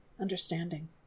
understanding